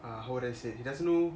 how would I say he doesn't know